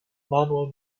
will